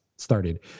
started